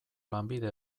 lanbide